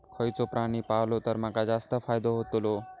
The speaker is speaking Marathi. खयचो प्राणी पाळलो तर माका जास्त फायदो होतोलो?